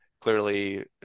clearly